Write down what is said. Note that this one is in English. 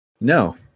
No